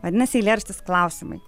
vadinasi eilėraštis klausimai